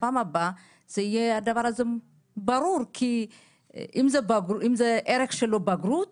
לפעם הבאה שיהיה הדבר הזה ברור אם הערך שלו בגרות